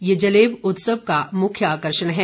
ये जलेब उत्सव का मुख्य आकर्षण है